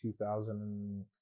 2000